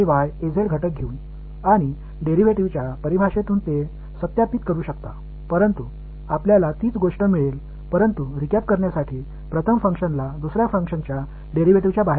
கூறுகளை எடுத்துக்கொள்வதன் மூலம் இதை சரிபார்க்கலாம் டிரைவேடிவ் வரையறையால் அதைச் செய்வதன் மூலம் நீங்கள் அதே விஷயத்தை நீங்கள் பெறுவீர்கள் ஆனால் முதல் பங்க்ஷன் மறுபரிசீலனை செய்ய இரண்டாவது பங்க்ஷன்ஸ் வழித்தோன்றலுக்கு வெளியே வைக்கவும்